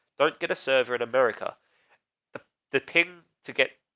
don't get a server in america the the tin to get,